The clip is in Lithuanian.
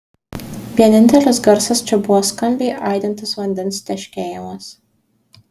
vienintelis garsas čia buvo skambiai aidintis vandens teškėjimas